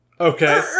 Okay